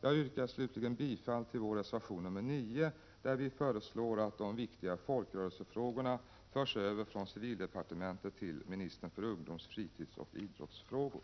Jag yrkar slutligen bifall till vår reservation 9, där vi föreslår att de viktiga folkrörelsefrågorna förs över från civildepartementet till ministern för ungdoms-, fritidsoch idrottsfrågor.